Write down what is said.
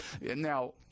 now